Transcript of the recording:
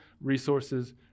resources